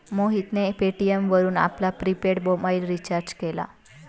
मोहितने पेटीएम वरून आपला प्रिपेड मोबाइल रिचार्ज केला